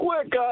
quick